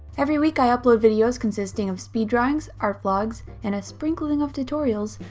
every week i upload videos consisting of speed drawings, art vlogs, and a sprinkling of tutorials,